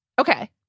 Okay